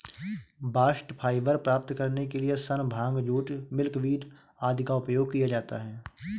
bast fibre प्राप्त करने के लिए सन, भांग, जूट, मिल्कवीड आदि का उपयोग किया जाता है